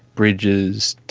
bridges,